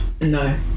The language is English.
no